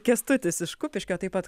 kęstutis iš kupiškio taip pat